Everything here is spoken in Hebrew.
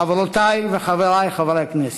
חברותי וחברי חברי הכנסת,